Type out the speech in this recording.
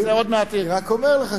אני רק אומר לך,